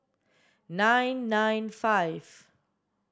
nine nine five